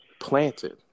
planted